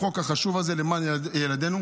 לחוק החשוב הזה למען ילדינו.